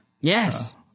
Yes